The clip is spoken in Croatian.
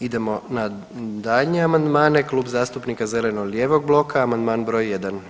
Idemo na daljnje amandmane Klub zastupnika Zeleno-lijevog bloka amandman broj jedan.